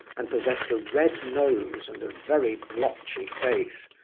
and possessed a red nose and a very blotchy face.